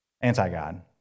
anti-God